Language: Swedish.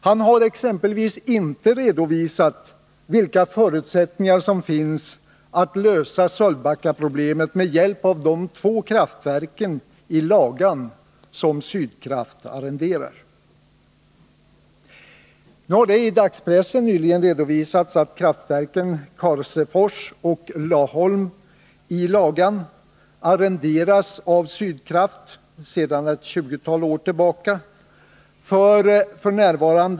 Han har exempelvis inte redovisat vilka förutsättningar som finns att lösa Sölvbackaproblemet med hjälp av de två kraftverk i Lagan som Sydkraft arrenderar. I dagspressen har nyligen redovisats att kraftverken Karsefors och Laholm i Lagan arrenderas av Sydkraft sedan ett tjugotal år tillbaka för f. n.